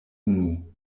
unu